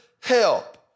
help